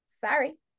Sorry